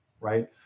right